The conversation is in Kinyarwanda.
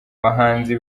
bahanzi